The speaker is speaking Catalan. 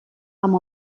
amb